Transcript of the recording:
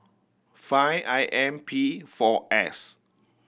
five I M P four S